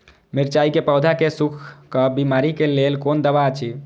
मिरचाई के पौधा के सुखक बिमारी के लेल कोन दवा अछि?